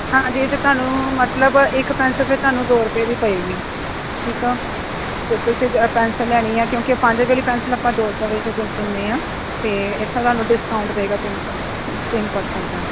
ਹਾਂਜੀ ਜੇ ਤੁਹਾਨੂੰ ਮਤਲਬ ਇੱਕ ਪੈਨਸਲ ਫਿਰ ਤੁਹਾਨੂੰ ਦੋ ਰੁਪਏ ਦੀ ਪਏਗੀ ਠੀਕ ਆ ਅਤੇ ਤੁਸੀਂ ਪੈਨਸਲ ਲੈਣੀ ਹੈ ਕਿਉਂਕਿ ਪੰਜ ਰੁਪਏ ਵਾਲੀ ਪੈਨਸਲ ਆਪਾਂ ਦੋ ਰੁਪਏ ਵਿੱਚ ਦਿੰਦੇ ਹਾਂ ਅਤੇ ਇੱਥੇ ਤੁਹਾਨੂੰ ਡਿਸਕਾਊਂਟ ਪਏਗਾ ਤਿੰਨ ਤਿੰਨ ਪਰਸੈਂਟ ਦਾ